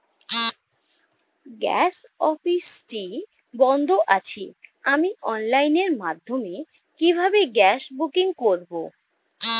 Gas অফিসটি বন্ধ আছে আমি অনলাইনের মাধ্যমে কিভাবে গ্যাস বুকিং করব?